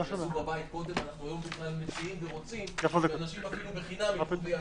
היום אנחנו בכלל מציעים ורוצים שאנשים אפילו בחינם ילכו ויעשו.